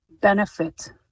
benefit